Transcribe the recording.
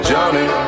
Johnny